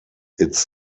its